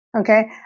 okay